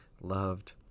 loved